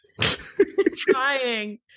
trying